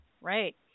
right